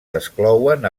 desclouen